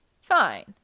Fine